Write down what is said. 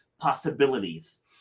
possibilities